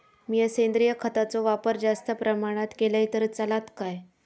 मीया सेंद्रिय खताचो वापर जास्त प्रमाणात केलय तर चलात काय?